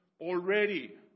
already